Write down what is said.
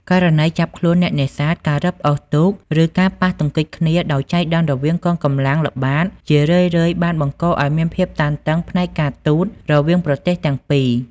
ករណីចាប់ខ្លួនអ្នកនេសាទ ការរឹបអូសទូក ឬការប៉ះទង្គិចគ្នាដោយចៃដន្យរវាងកងកម្លាំងល្បាត ជារឿយៗបានបង្កឱ្យមានភាពតានតឹងផ្នែកការទូតរវាងប្រទេសទាំងពីរ។